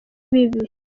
ibibi